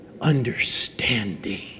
understanding